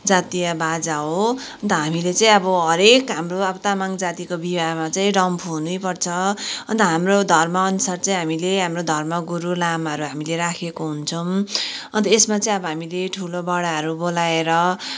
जातीय बाजा हो अन्त हामीले चाहिँ अब हरेक हाम्रो अब तामाङ जातिको विवाहमा चाहिँ डम्फू हुनैपर्छ अन्त हाम्रो धर्मअनुसार चाहिँ हामीले हाम्रो धर्मगुरु लामाहरू हामीले राखेको हुन्छौँ अन्त यसमा चाहिँ अब हामीले ठुलोबडाहरू बोलाएर